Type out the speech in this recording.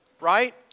right